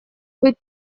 быть